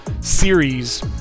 series